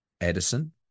Edison